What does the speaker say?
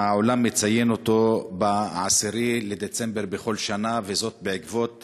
שהעולם מציין ב-10 בדצמבר בכל שנה, וזאת בעקבות